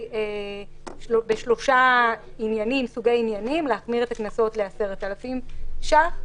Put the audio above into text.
בשלושה סוגי עניינים להחמיר את הקנסות ל-10,000 ש"ח: